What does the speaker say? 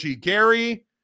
Gary